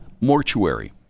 mortuary